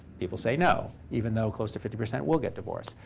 people say no, even though close to fifty percent will get divorced.